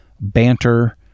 banter